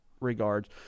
regards